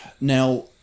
Now